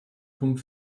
pump